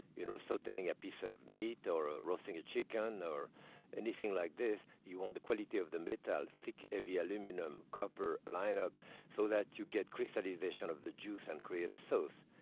you know so a piece of meat or ah roasting a chicken or anything like this, you want the quality of the metal thick, heavy aluminum, copper liner so that you get crystallization of the juice and create a sauce.